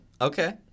Okay